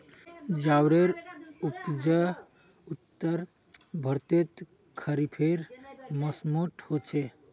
ज्वारेर उपज उत्तर भर्तोत खरिफेर मौसमोट होचे